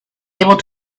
able